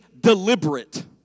deliberate